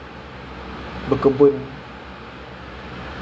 that kinda satisfies the my dream a bit